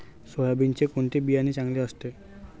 सोयाबीनचे कोणते बियाणे चांगले असते?